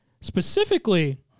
specifically